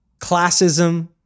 classism